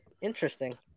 Interesting